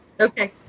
Okay